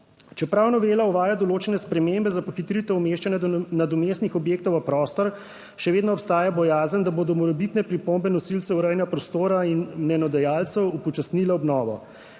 Čeprav novela uvaja določene spremembe za pohitritev umeščanja nadomestnih objektov v prostor še vedno obstaja bojazen, da bodo morebitne pripombe nosilcev urejanja prostora in mnenjedajalcev upočasnile obnovo.